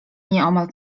nieomal